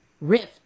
rift